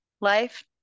life